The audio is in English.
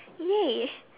ya